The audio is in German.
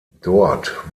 dort